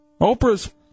Oprah's